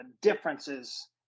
differences